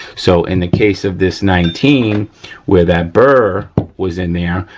so, in the case of this nineteen where that bur was in there,